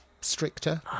stricter